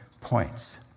points